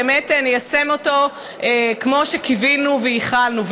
אנחנו לא באמת ניישם אותו כמו שקיווינו וייחלנו.